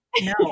No